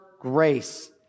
grace